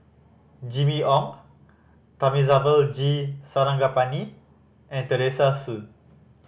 Jimmy Ong Thamizhavel G Sarangapani and Teresa Hsu